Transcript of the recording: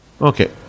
Okay